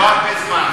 לא הרבה זמן.